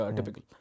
Typical